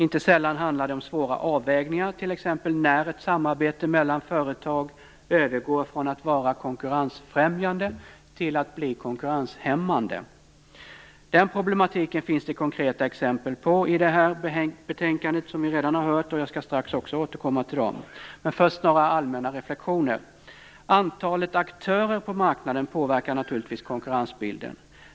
Inte sällan handlar det om svåra avvägningar - t.ex. när ett samarbete mellan företag övergår från att vara konkurrensfrämjande till att bli konkurrenshämmande. Den problematiken finns det konkreta exempel på i det här betänkandet, och jag skall strax återkomma till dem. Men först några allmänna reflexioner. Antalet aktörer på marknaden påverkar naturligtvis konkurrensbilden.